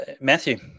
matthew